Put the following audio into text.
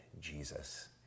Jesus